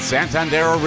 Santander